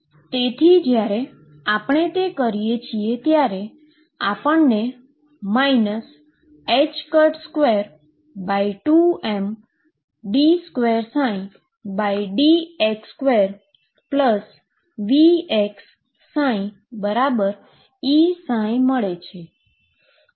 તેથી જ્યારે આપણે તે કરીએ છીએ ત્યારે આપણને 22md2dx2VxψEψ મળે છે